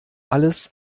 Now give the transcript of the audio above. alles